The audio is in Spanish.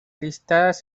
listadas